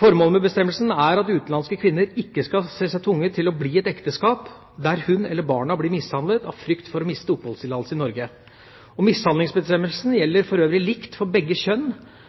Formålet med bestemmelsen er at utenlandske kvinner ikke skal se seg tvunget til å bli i et ekteskap der hun eller barna blir mishandlet, av frykt for å miste oppholdstillatelsen i Norge. Mishandlingsbestemmelsen gjelder for øvrig likt for begge kjønn